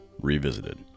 Revisited